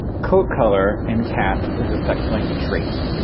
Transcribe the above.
coat color in cats is a sex linked trait.